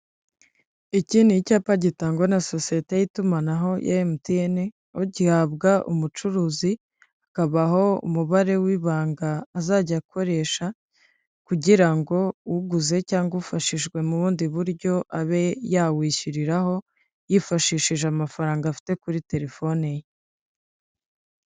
Iki ni icyapa gitangwa na sosiyete y'itumanaho ya MTN, aho gihabwa umucuruzi hakabaho umubare w'ibanga azajya akoresha, kugira ngo uguze cyangwa ufashijwe mu bundi buryo abe yawishyuriraho, yifashishije amafaranga afite kuri telefoni ye.